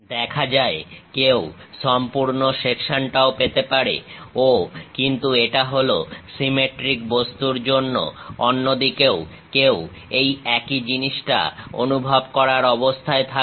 দেখা যায় কেউ সম্পূর্ণ সেকশনটাও পেতে পারে ও কিন্তু এটা হলো সিমেট্রিক বস্তুর জন্য অন্যদিকেও কেউ এই একই জিনিসটা অনুভব করার অবস্থায় থাকবে